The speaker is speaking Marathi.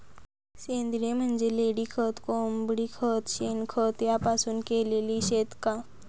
सेंद्रिय म्हणजे लेंडीखत, कोंबडीखत, शेणखत यापासून केलेली शेती का?